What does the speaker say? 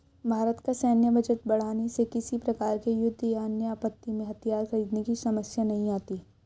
भारत का सैन्य बजट बढ़ाने से किसी प्रकार के युद्ध या अन्य आपत्ति में हथियार खरीदने की समस्या नहीं आती